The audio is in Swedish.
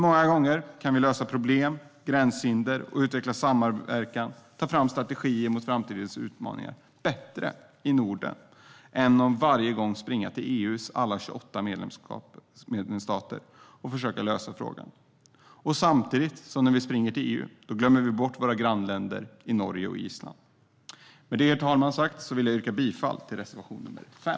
Många gånger kan vi lösa problem, gränshinder, utveckla samverkan och ta fram strategier mot framtidens utmaningar bättre i Norden än att varje gång springa till EU:s alla 28 medlemsstater och försöka lösa frågan, samtidigt som vi då glömmer bort våra grannländer Norge och Island. Herr talman! Med detta sagt vill jag yrka bifall till reservation 5.